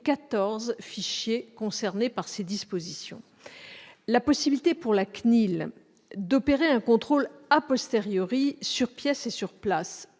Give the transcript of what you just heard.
fichiers concernés par ces dispositions. La possibilité pour la CNIL d'opérer un contrôle sur pièce et sur place,